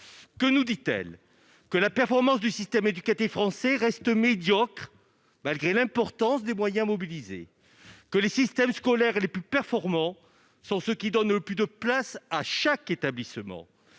que nous, dit-elle, que la performance du système éducatif français reste médiocre, malgré l'importance des moyens mobilisés que les systèmes scolaires et les plus performants sont ceux qui donne plus de place à chaque établissement